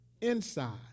inside